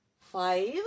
Five